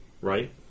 right